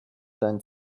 deinen